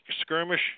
skirmish